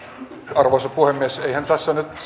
arvoisa puhemies eihän tässä nyt